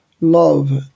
love